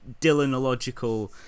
dylanological